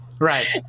Right